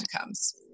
comes